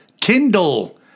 Kindle